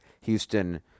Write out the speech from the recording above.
Houston